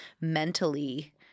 mentally